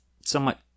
somewhat